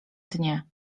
dnie